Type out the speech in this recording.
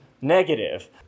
negative